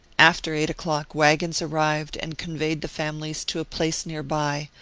after eight o'clock waggons arrived and conveyed the families to a place near by,